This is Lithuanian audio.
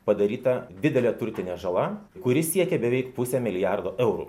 padaryta didelė turtinė žala kuri siekia beveik pusę milijardo eurų